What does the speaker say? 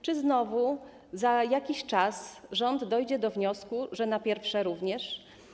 Czy znowu za jakiś czas rząd dojdzie do wniosku, że na pierwsze również?